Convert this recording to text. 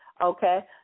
okay